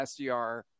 SDR